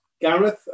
Gareth